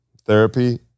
therapy